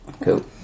Cool